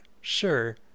Sure